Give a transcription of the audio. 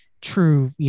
true